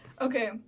Okay